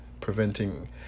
preventing